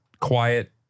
quiet